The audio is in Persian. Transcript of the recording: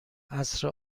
عصر